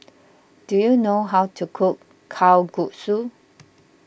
do you know how to cook Kalguksu